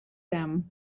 them